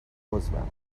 عضوم